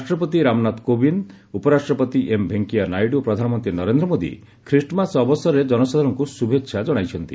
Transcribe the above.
ରାଷ୍ଟ୍ରପତି ରାମନାଥ କୋବିନ୍ଦ ଉପରାଷ୍ଟ୍ରପତି ଏମ୍ ଭେଙ୍କୟା ନାଇଡୁ ଓ ପ୍ରଧାନମନ୍ତ୍ରୀ ନରେନ୍ଦ୍ର ମୋଦୀ ଖ୍ରୀଷ୍ଟମାସ ଅବସରରେ ଜନସାଧାରଣଙ୍କୁ ଶୁଭେଚ୍ଛା ଜଣାଇଛନ୍ତି